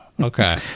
okay